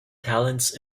talents